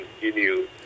continue